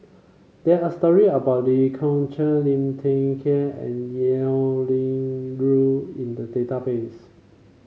there are story about Lee Kong Chian Liu Thai Ker and Liao Yingru in the database